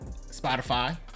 Spotify